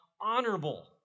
honorable